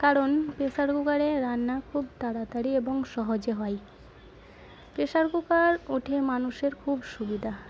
কারণ প্রেসার কুকারে রান্না খুব তাড়াতাড়ি এবং সহজে হয় প্রেসার কুকার কঠি মানুষের খুব সুবিধা